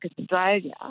Australia